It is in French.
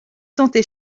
santé